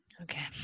Okay